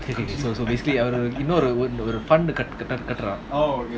okay okay so so basically இன்னொருகட்டறான்:innotu katran